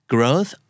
Growth